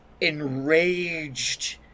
enraged